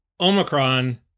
Omicron